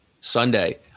Sunday